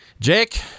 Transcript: Jake